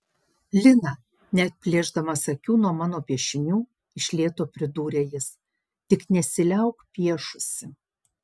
lina neatplėšdamas akių nuo mano piešinių iš lėto pridūrė jis tik nesiliauk piešusi